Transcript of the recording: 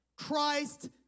Christ